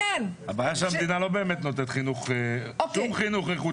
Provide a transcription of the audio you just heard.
הבעיה היא שהמדינה לא באמת נותנת שום חינוך איכותי.